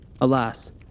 Alas